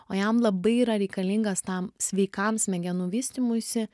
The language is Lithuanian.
o jam labai yra reikalingas tam sveikam smegenų vystymuisi